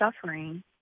suffering